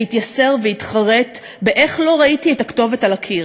יתייסר ויתחרט: איך לא ראיתי את הכתובת על הקיר?